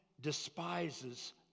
despises